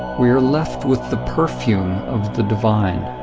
we are left with the perfume of the divine,